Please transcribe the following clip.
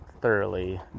thoroughly